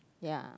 ya